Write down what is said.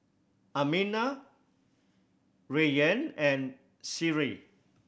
Aminah Rayyan and Seri